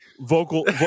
vocal